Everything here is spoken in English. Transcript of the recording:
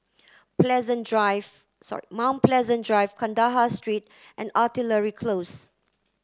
Pleasant Drive sorry mount Pleasant Drive Kandahar Street and Artillery Close